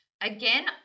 Again